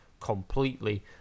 completely